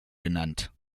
genannt